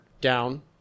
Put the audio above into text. down